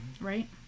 right